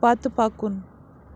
پتہٕ پکُن